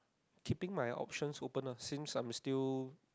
keeping my options open ah since I'm still